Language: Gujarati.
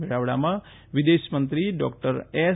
મેળાવડામાં વિદેશમંત્રી ડોક્ટર એસ